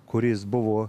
kuris buvo